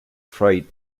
freight